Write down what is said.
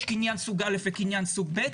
יש קניין סוג א' וקניין סוג ב'?